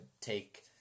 take